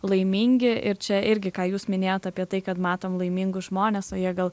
laimingi ir čia irgi ką jūs minėjot apie tai kad matom laimingus žmones o jie gal